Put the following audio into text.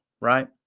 right